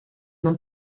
mewn